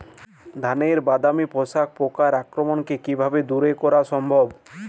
ধানের বাদামি শোষক পোকার আক্রমণকে কিভাবে দূরে করা সম্ভব?